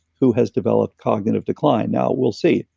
who has developed cognitive decline now, we'll see.